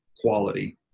quality